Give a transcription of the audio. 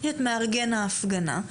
יש את מארגן ההפגנה.